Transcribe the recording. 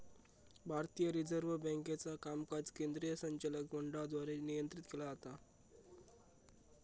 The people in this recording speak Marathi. भारतीय रिझर्व्ह बँकेचा कामकाज केंद्रीय संचालक मंडळाद्वारे नियंत्रित केला जाता